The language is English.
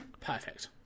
perfect